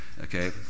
okay